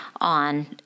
on